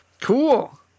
Cool